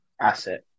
asset